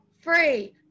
free